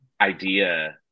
idea